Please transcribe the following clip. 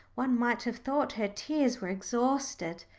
one might have thought her tears were exhausted.